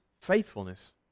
faithfulness